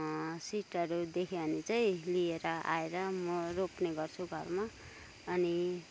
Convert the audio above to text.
सिडहरू देखेँ भने चाहिँ लिएर आएर म रोप्ने गर्छु घरमा अनि